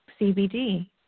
CBD